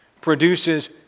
produces